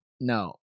no